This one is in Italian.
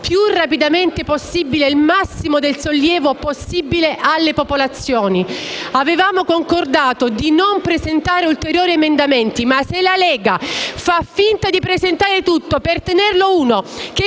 più rapidamente possibile il massimo sollievo alle popolazioni. Avevamo concordato di non presentare ulteriori emendamenti, ma se la Lega fa finta di ritirarli tutti per mantenerne uno che